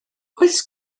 oes